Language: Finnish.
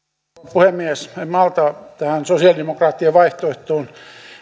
puhemies en malta olla puuttumatta tähän sosialidemokraattien vaihtoehtoon